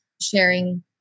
sharing